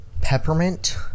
peppermint